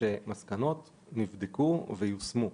מסקנות נבדקו ויושמו.